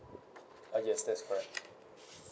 ah yes that's correct